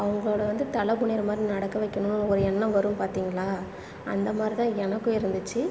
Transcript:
அவங்களோட வந்து தலை குனிகிறமாரி நடக்க வைக்கணும்னு ஒரு எண்ணம் வரும் பார்த்தீங்களா அந்தமாதிரி தான் எனக்கும் இருந்துச்சு